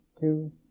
two